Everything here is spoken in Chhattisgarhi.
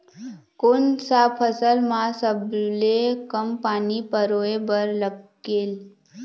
कोन सा फसल मा सबले कम पानी परोए बर लगेल?